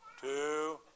two